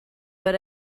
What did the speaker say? what